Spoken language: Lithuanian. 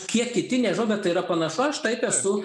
kiek kiti nežinau bet tai yra panašu aš taip esu